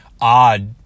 odd